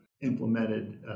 implemented